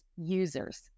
users